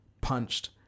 punched